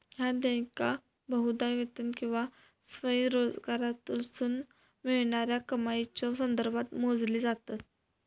ह्या देयका बहुधा वेतन किंवा स्वयंरोजगारातसून मिळणाऱ्या कमाईच्यो संदर्भात मोजली जातत